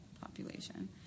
population